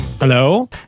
hello